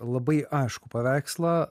labai aiškų paveikslą